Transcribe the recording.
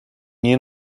nie